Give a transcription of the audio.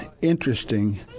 interesting